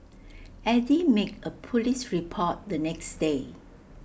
Eddy made A Police report the next day